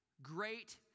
Great